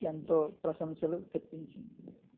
ఎంతో ప్రశంసలు తెప్పించింది